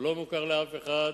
לא מוכר לאף אחד,